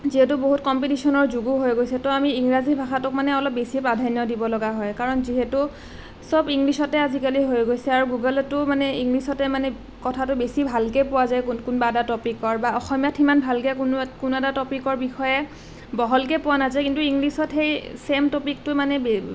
যিহেতু বহুত কম্পিটিচনৰ যুগো হৈ গৈছে তো আমি ইংৰাজী ভাষাটোক অলপ বেছি প্ৰাধান্য দিবলগা হয় কাৰণ যিহেতু সব ইংলিছতে আজিকালি হৈ গৈছে আৰু গুগলতো মানে ইংলিছতে মানে কথাটো বেছি ভালকৈ পোৱা যায় কোনোবা এটা টপিকৰ বা অসমীয়াত ইমান ভালকৈ কোনো এটা টপিকৰ বিষয়ে বহলকৈ পোৱা নাযায় কিন্তু ইংলিছত সেই চেম টপিকটো মানে